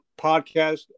Podcast